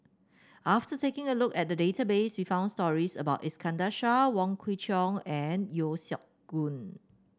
after taking a look at the database we found stories about Iskandar Shah Wong Kwei Cheong and Yeo Siak Goon